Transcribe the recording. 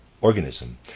organism